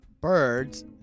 birds